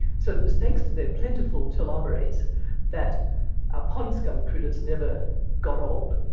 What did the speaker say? so it was thanks to their plentiful telomerase that our pond scum critters never got old.